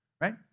right